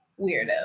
weirdo